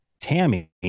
Tammy